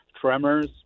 Tremors